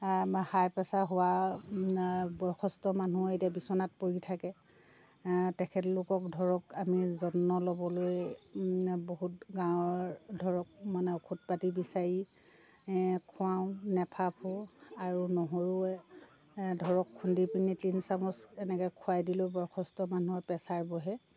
হাই pressure হোৱা বয়সস্ত মানুহ এতিয়া বিচনাত পৰি থাকে তেখেতলোকক ধৰক আমি যত্ন ল'বলৈ বহুত গাঁওৰ ধৰক মানে ঔষধ পাতি বিচাৰি খোৱাওঁ নেফাফো আৰু নহৰুৱে ধৰক খুন্দিপেনি তিনি চামুচ এনেকৈ খোৱাই দিলোঁ বয়সস্ত মানুহৰ প্ৰেছাৰ বহে